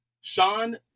Sean